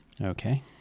Okay